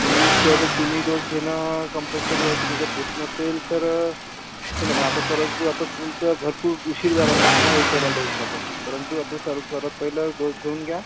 तुम्ही तर तिन्ही डोस घेणं कंपल्सरी आहे तुम्ही जर घेत नसेल तर काही नाही पण आता परंतु आता तुमचं भरपूर उशीर झाला तुम्हाला एक पहिला डोस घ्यायसाठी परंतु असंच सर्वात पहिलं डोस घेऊन घ्या